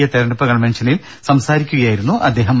A തെരഞ്ഞെടുപ്പ് കൺവെൻഷനിൽ സംസാരിക്കുകയായിരുന്നു അദ്ദേഹം